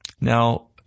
Now